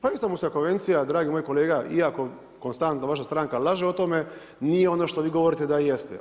Pa Istambulska konvencija dragi moj kolega iako konstantno vaša stranka laže o tome nije ono što vi govorite da jeste.